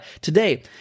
today